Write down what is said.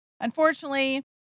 unfortunately